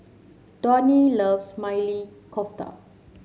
Donnie loves Maili Kofta